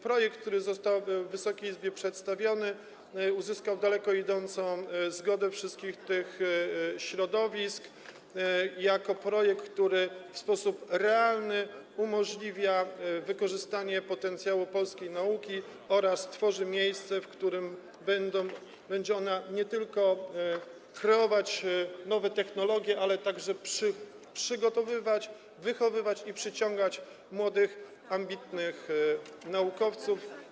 Projekt, który został przedstawiony Wysokiej Izbie, uzyskał daleko idącą zgodę wszystkich tych środowisk jako projekt, który w sposób realny umożliwia wykorzystanie potencjału polskiej nauki oraz tworzy miejsce, które będzie nie tylko kreować nowe technologie, ale także przygotowywać, wychowywać i przyciągać młodych, ambitnych naukowców.